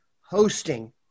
hosting